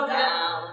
down